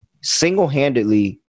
single-handedly